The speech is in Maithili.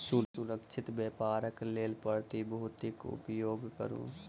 सुरक्षित व्यापारक लेल प्रतिभूतिक उपयोग करू